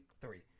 three